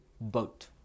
boat